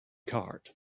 cart